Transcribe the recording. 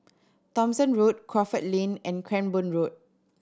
Thomson Road Crawford Lane and Cranborne Road